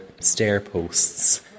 stairposts